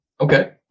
Okay